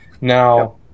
Now